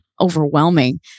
overwhelming